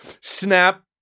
Snap